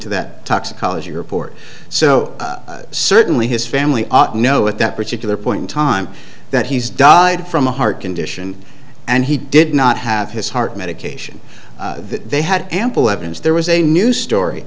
to that toxicology report so certainly his family know at that particular point in time that he's died from a heart condition and he did not have his heart medication they had ample evidence there was a new story